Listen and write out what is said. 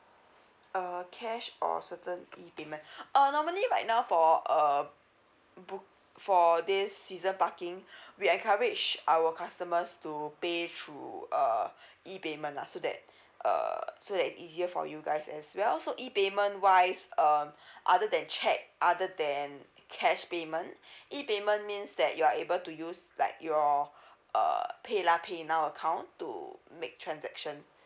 uh cash or certain E payment uh normally right now for um book for this season parking we encourage our customers to pay through uh E payment lah so that uh so that easier for you guys as well so E payment wise um other than cheque other than cash payment E payment means that you are able to use like your uh paylah paynow account to make transaction